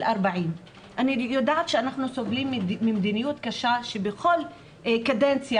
40. אני יודעת שאנחנו סובלים ממדיניות קשה שבכל קדנציה